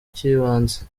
cy’ibanze